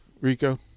Rico